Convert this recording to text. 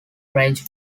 french